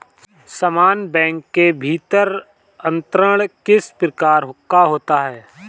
समान बैंक के भीतर अंतरण किस प्रकार का होता है?